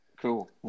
Cool